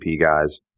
guys